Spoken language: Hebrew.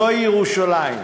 זוהי ירושלים,